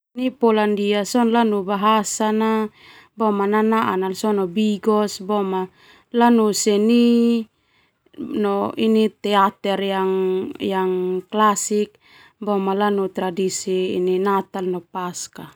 Lanu bahasa na boma nanaan sona bigos boema lanu seni no teater yang klasik boema lanu tradisi ini Natal no Paskah.